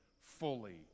fully